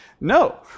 no